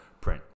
print